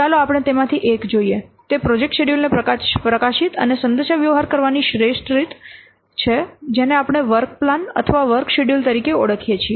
ચાલો આપણે તેમાંથી એક જોઈએ તે પ્રોજેક્ટ શેડ્યૂલ ને પ્રકાશિત અને સંદેશાવ્યવહાર કરવાની શ્રેષ્ઠ રીત અથવા શ્રેષ્ઠ રીત છે જેને આપણે વર્ક પ્લાન અથવા વર્ક શેડ્યૂલ તરીકે ઓળખીએ છીએ